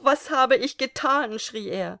was habe ich getan schrie er